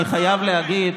אני חייב להגיד,